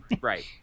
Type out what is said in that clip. Right